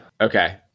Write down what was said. Okay